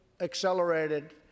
accelerated